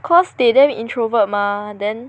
cause they damn introvert mah then